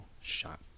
shot